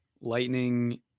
Lightning